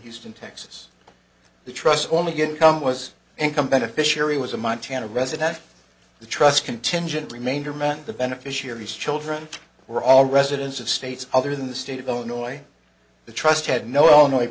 houston texas the trusts only get income was income beneficiary was a montana resident the trust contingent remainder meant the beneficiaries children were all residents of states other than the state of illinois the trust had no